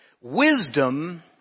Wisdom